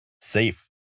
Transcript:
safe